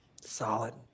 Solid